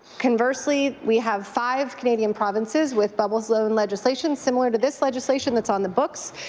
conversely, we have five canadian provinces with but so and legislation similar to this legislation it's on the books.